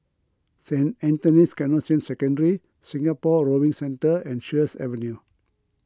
Saint Anthony's Canossian Secondary Singapore Rowing Centre and Sheares Avenue